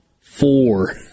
Four